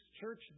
church